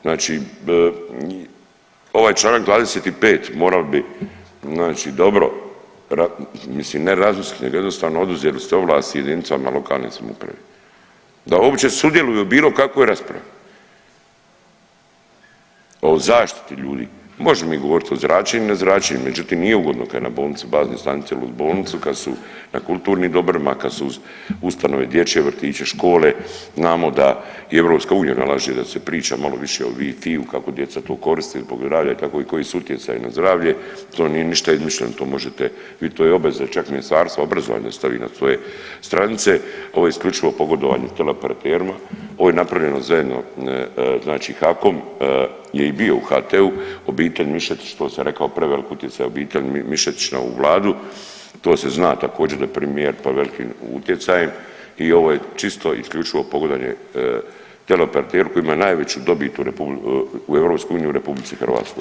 Znači ovaj čl. 25 morao bi znači dobro, mislim ne razmisliti, nego jednostavno oduzeli ste ovlasti jedinicama lokalne samouprave da uopće sudjeluju u bilo kakvoj raspravi o zaštiti ljudi, možemo mi govoriti o značenju, nezračenju međutim, nije ugodno kad je na bolnici bazne stanice ili u bolnicu, kad su na kulturnim dobrima, kad su ustanove, dječje vrtiće, škole, znamo da i EU nalaže da se priča malo više Wi-Fiju kako djeca to koriste, zbog ... koji su utjecaji na zdravlje, to nije ništa izmišljeno, to možete, vi to je i obveza čak Ministarstva obrazovanja staviti na svoje stranice, ovo je isključivo pogodovanje teleoperaterima, ovo je napravljeno zajedno znači HAKOM je i bio u HT-u, obitelj Mišetić, to sam rekao, prevelik utjecaj obitelji Mišetić na ovu Vladu, to se zna također, da je premijer pod velikim utjecajem i ovo je, čisto isključivo pogodovanje teleoperateru koji ima najveću dobit u EU u RH.